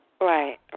Right